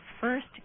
first